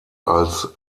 als